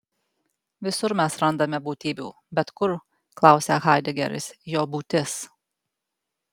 visur mes randame būtybių bet kur klausia haidegeris jo būtis